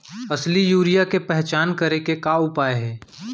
असली यूरिया के पहचान करे के का उपाय हे?